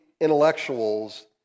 intellectuals